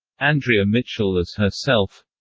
andrea mitchell as herself